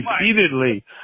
repeatedly